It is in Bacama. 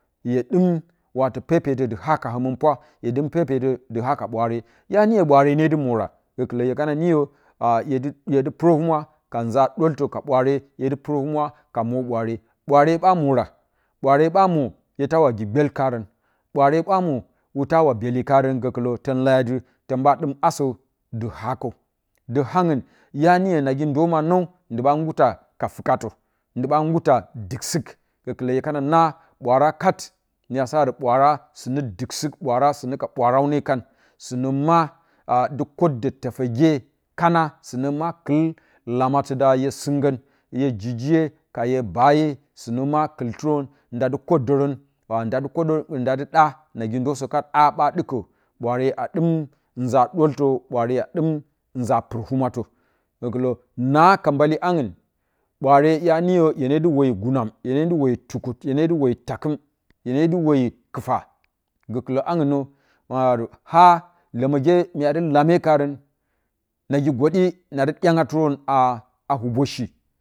Hye ɗɨm dɨ haka həmɨn pwa hye dɨm pepetə dɨ hala ɓwaare ya niyə ɓwaare ne dɨ mora gəkɨlə hyekana niyə a hyedɨ hyedɨ purəhumwa ka nza ɗəltə ka ɓwaare hyedɨpurəhumwa ka mwo ɓwaare ɓwaare ba mora ɓwaare ɓa mwo hye tawi gi gbyel karən ɓwaare ɓa woo hyeltawa byeli karən gəkɨlə ton leya ti ton ɓa dɨm asə dɨ hakəw dɨ kaungu ya niyə nagi ndə ma nəw ndi ɓa nguta ka fukatə ndi ɓa nguta diksik gəkɨlə hye kana na ɓwaare kat myasa dɨ ɓwaara sɨnə dik sik ɓwaara sɨnə ka ɓwaraane kan sɨnə ma a dɨ kəddə tefəgye kana sɨnə maka lamatɨda hye singən hye jijiye kaye baaye sɨnə ma kɨl terən nda dɨ kəddərən a ndaɗɨ kədə ndada ɗa nag kəndəsə kat a ɓa ɗikə ɓwaare a de nza dəltə bwaare a dɨm nza purəhum tə gəkɨlə na ka mbali aunga ɓwaare ya niyə hyene dɨ wayi gunam hye ne dɨ wəye tukut hyene dɨ wəye takɨm hye tukut hyene dɨ wəye takɨm hye ne dɨ wəyi kifa gəkilə aungnə ha ləməgə mya dɨ lamai karən nagigəɗi nodɨ dyo ung tɨrən aa hubəshi